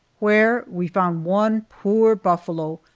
where we found one poor buffalo,